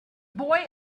boy